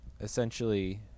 essentially